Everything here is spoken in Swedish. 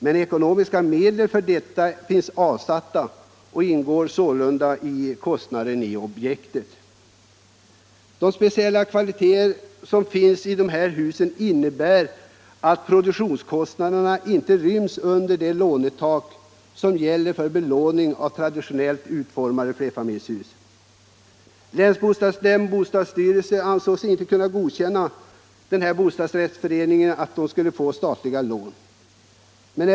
Men ekonomiska medel för detta finns avsatta och ingår sålunda i kostnaden för objektet. De speciella kvaliteter som finns i de här husen innebär att produktionskostnaderna inte ryms under det lånetak som gäller för belåning av traditionellt utformade flerfamiljshus. Länsbostadsnämnd och bostadsstyrelse ansåg sig inte kunna godkänna att den här bostadsrättsföreningen fick statliga lån.